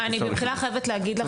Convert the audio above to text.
אני חייבת להגיד לכם,